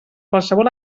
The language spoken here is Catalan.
qualsevol